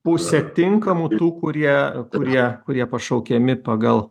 pusė tinkamų tų kurie kurie kurie pašaukiami pagal